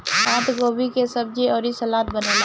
पातगोभी के सब्जी अउरी सलाद बनेला